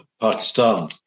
Pakistan